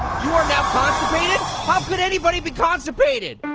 you are now constipated? how could anybody be constipated?